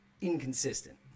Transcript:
inconsistent